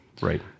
right